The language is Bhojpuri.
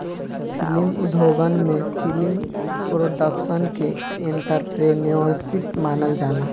फिलिम उद्योगन में फिलिम प्रोडक्शन के एंटरप्रेन्योरशिप मानल जाला